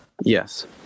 yes